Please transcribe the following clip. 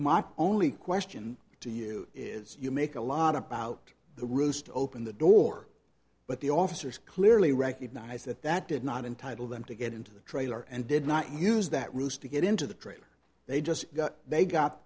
the only question to you is you make a lot about the roost open the door but the officers clearly recognize that that did not entitle them to get into the trailer and did not use that ruse to get into the trailer they just got they got